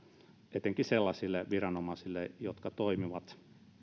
etenkin sellaisille viranomaisille jotka toimivat